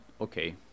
okay